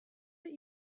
that